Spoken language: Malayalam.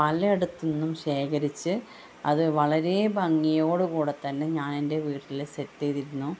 പലയിടത്ത് നിന്നും ശേഖരിച്ച് അത് വളരെ ഭംഗിയോടൂ കൂടെ തന്നെ ഞാൻ എൻ്റെ വീട്ടില് സെറ്റ് ചെയ്തിരുന്നു